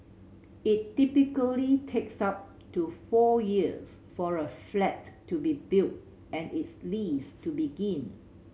it typically takes up to four years for a flat to be built and its lease to begin